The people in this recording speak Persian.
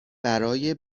برای